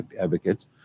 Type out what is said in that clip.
advocates